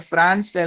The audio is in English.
France